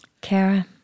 Kara